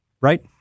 Right